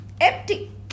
empty